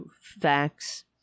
facts